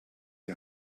die